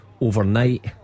overnight